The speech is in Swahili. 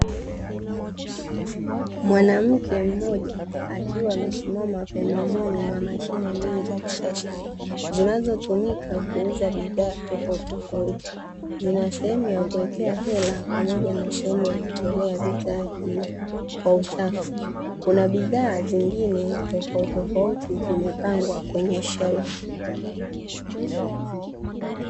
Mwanamke mmoja akiwa amesimama pembezoni mwa mashine mbili za kisasa zinazotumika kuuza bidhaa tofauti tofauti, zina sehemu ya kuwekea hela na sehemu ya kutoa bidhaa hiyo kwa usafi, kuna bidhaa zingine tofauti tofauti zimepangwa kwenye shelfu.